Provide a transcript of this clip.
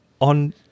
on